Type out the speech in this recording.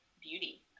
beauty